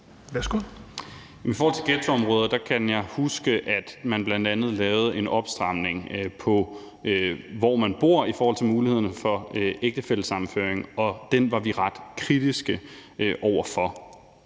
I forhold til ghettoområder kan jeg huske, at man bl.a. lavede en opstramning, der handlede om, hvor man bor, i forhold til mulighederne for ægtefællesammenføring, og den var vi ret kritiske over for.